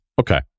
Okay